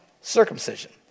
circumcision